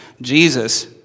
Jesus